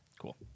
Cool